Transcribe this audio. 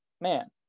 man